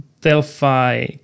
Delphi